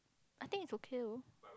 I think it's okay though